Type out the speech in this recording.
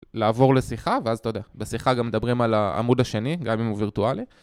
לעבור לשיחה, ואז אתה יודע, בשיחה גם מדברים על העמוד השני, גם אם הוא וירטואלי.